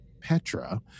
Petra